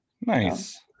Nice